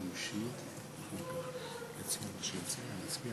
גברתי היושבת-ראש, ההפך,